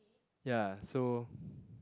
ya so